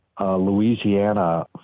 Louisiana